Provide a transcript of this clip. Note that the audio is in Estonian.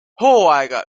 hooaega